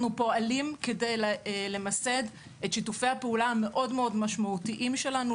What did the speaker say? אנחנו פועלים כדי למסד את שיתופי הפעולה המאוד מאוד משמעותיים שלנו,